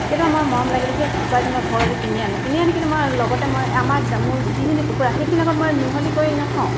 কেতিয়াবা মই মৰম লাগিলে সেই কুকুৰাজনী মই ঘৰলৈ কিনি আনো কিনি আনো কিন্তু মই লগতে মই আমাৰ মোৰ যিখিনি কুকুৰা সেইখিনি আমাক মই মিহলি কৰি নথওঁ